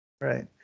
Right